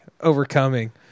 overcoming